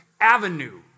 avenue